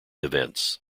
events